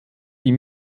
die